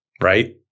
right